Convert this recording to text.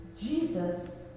Jesus